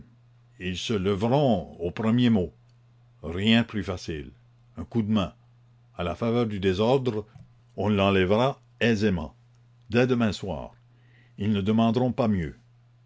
ils se lèveront au premier mot rien de plus facile un coup de main à la faveur du désordre on l'enlèvera aisément dès demain soir ils ne demanderont pas mieux